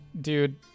dude